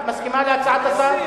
להסיר.